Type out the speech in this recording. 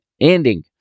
ending